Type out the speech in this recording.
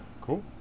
cool